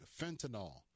fentanyl